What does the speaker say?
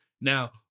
Now